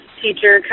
teacher